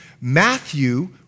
Matthew